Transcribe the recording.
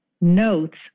notes